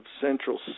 central